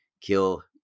kill